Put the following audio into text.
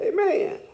Amen